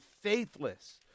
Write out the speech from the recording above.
faithless